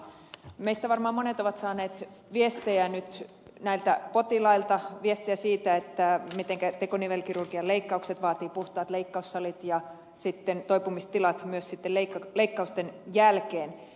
meistä varmaan monet ovat saaneet viestejä nyt näiltä potilailta siitä mitenkä tekonivelkirurgian leikkaukset vaativat puhtaat leikkaussalit ja toipumistilat myös sitten leikkausten jälkeen